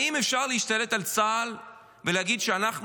האם אפשר להשתלט על צה"ל ולהגיד שאנחנו